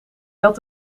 had